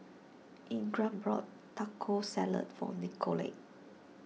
Ingram bought Taco Salad for Nicolette